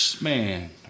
man